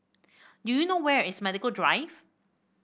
do you know where is Medical Drive